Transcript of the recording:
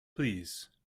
please